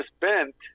bent